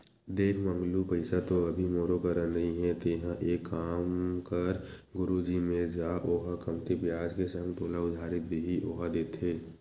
देख मंगलू पइसा तो अभी मोरो करा नइ हे तेंहा एक काम कर गुरुजी मेर जा ओहा कमती बियाज के संग तोला उधारी दिही ओहा देथे